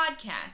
podcast